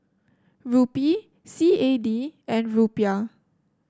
Rupee C A D and Rupiah